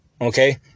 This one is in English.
Okay